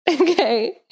okay